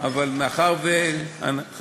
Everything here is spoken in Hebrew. אבל זה אפשרי היום,